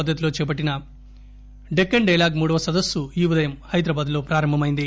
పద్దతిలో చేపట్టిన డెక్కస్ డైలాగ్ మూడవ సదస్సు ఈ ఉదయం హైదరాబాద్ లో ప్రారంభం అయింది